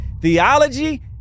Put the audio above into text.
Theology